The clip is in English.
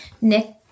Nick